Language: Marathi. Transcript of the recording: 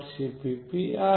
cpp आहे